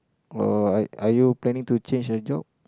or are are you planning to change a job